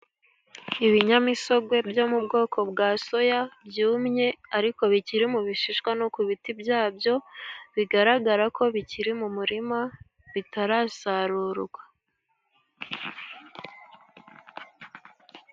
Ibinyamisogwe byo mu bwoko bwa soya byumye, ariko bikiri mu bishishwa no ku biti byabyo, Bigaragara ko bikiri mu murima bitarasarurwa.